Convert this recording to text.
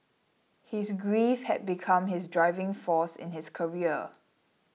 his grief had become his driving force in his career